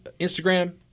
Instagram